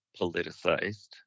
politicized